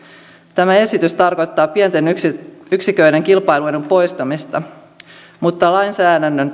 tämä esitys tarkoittaa pienten yksiköiden kilpailuedun poistamista mutta lainsäädännön